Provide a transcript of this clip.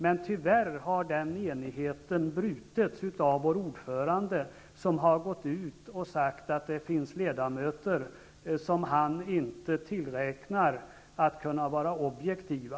Men tyvärr har den enigheten brutits av vår utskottsordförande, som har gått ut och sagt att det finns ledamöter som han inte tillräknar att kunna vara objektiva.